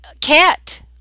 cat